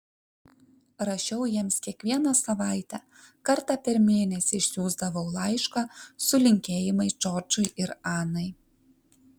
rašiau jiems kiekvieną savaitę kartą per mėnesį išsiųsdavau laišką su linkėjimais džordžui ir anai